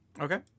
Okay